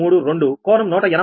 532 కోణం 183